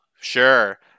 Sure